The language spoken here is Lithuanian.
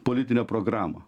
politinę programą